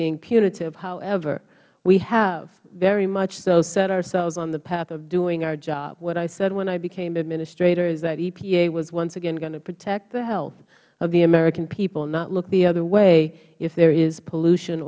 being punitive however we have very much so set ourselves on the path of doing our job what i said when i became administrator is that epa was once again going to protect the health of the american people not look the other way if there is pollution